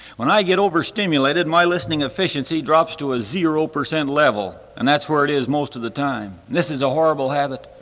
when i get overstimulated my listening efficiency drops to a zero percent level and that's where it is most of the time. this is a horrible habit,